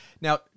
Now